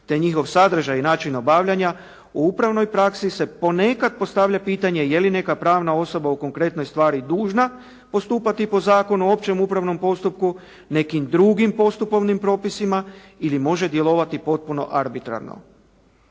te njihov sadržaj i način obavljanja u upravnoj praksi se ponekad postavlja pitanje je li neka pravna osoba u konkretnoj stvari dužna postupati po Zakonu o općem upravnom postupku, nekim drugim postupovnim propisima ili može djelovati potpuno arbitrarno?